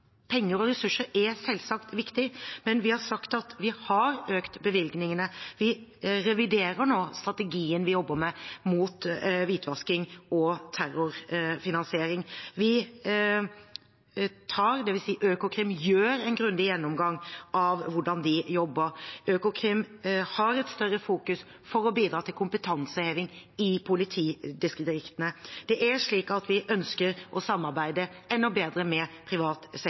Penger og ressurser er selvsagt viktig, men vi har sagt at vi har økt bevilgningene, og vi reviderer nå strategien vi jobber med mot hvitvasking og terrorfinansiering. Økokrim har en grundig gjennomgang av hvordan de jobber. Økokrim fokuserer mer på å bidra til kompetanseheving i politidistriktene. Det er slik at vi ønsker å samarbeide enda bedre med